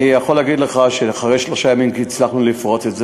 אני יכול להגיד לך שאחרי שלושה ימים הצלחנו לפרוץ את זה.